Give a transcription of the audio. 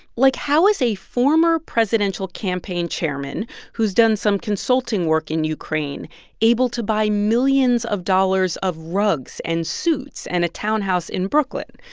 like, how is a former presidential campaign chairman who's done some consulting work in ukraine able to buy millions of dollars of rugs and suits and a townhouse in brooklyn?